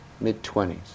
mid-twenties